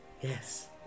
yes